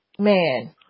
Man